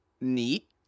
neat